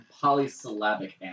polysyllabic